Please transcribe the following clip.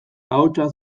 ahotsa